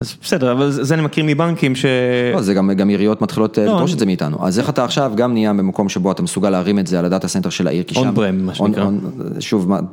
בסדר אבל זה אני מכיר מבנקים שזה גם גם יריעות מתחילות את זה מאיתנו אז איך אתה עכשיו גם נהיה במקום שבו אתה מסוגל להרים את זה על הדאטה סנטר של העיר.